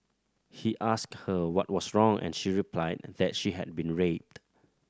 he asked her what was wrong and she replied that she had been raped